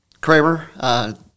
Kramer